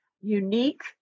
unique